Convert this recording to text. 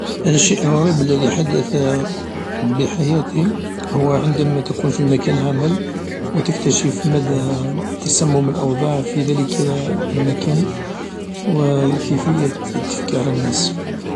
الشيء الغريب الذي حدث بحياتي هو عندما تكون في مكان العمل و تكتشف مدى تسمم الأوضاع في ذلك المكان و كيفية تفكير الناس.